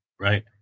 right